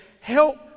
help